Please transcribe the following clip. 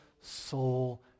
soul